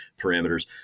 parameters